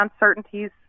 uncertainties